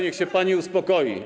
Niech się pani uspokoi.